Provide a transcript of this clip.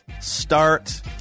start